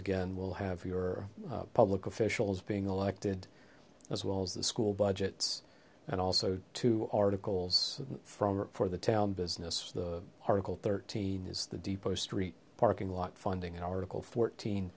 again will have your public officials being elected as well as the school budgets and also two articles from the town business the article thirteen is the depot street parking lot funding article fourteen